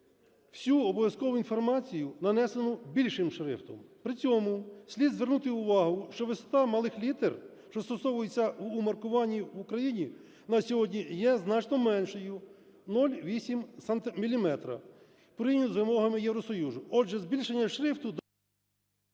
всю обов'язкову інформацію, нанесену більшим шрифтом. При цьому слід звернути увагу, що висота малих літер, що застосовуються у маркуванні в Україні на сьогодні, є значно меншою – 0,8 міліметра в порівняні з вимогами Євросоюзу. Отже, збільшення шрифту…